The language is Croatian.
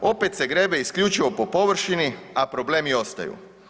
Opet se grebe isključivo po površini, a problemi ostaju.